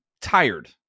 tired